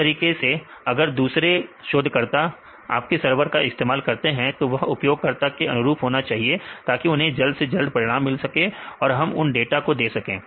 उसी तरह अगर दूसरे शोधकर्ता आपके सरवर का इस्तेमाल करते हैं तो वह उपयोगकर्ता के अनुरूप होना चाहिए ताकि उन्हें जल्द से जल्द परिणाम मिल सके और हम उन्हें डाटा दे सके